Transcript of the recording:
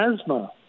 asthma